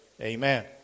Amen